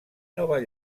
nova